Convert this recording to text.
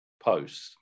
post